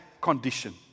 condition